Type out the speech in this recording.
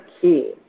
key